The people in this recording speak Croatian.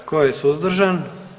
Tko je suzdržan?